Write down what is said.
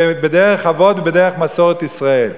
בדרך אבות ובדרך מסורת ישראל.